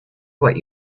what